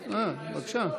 בבקשה.